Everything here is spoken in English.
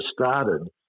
started